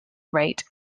rate